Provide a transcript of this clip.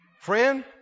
Friend